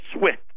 SWIFT